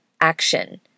action